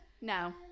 no